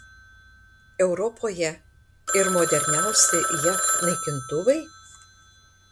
europoje ir moderniausi jav naikintuvai